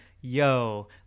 Yo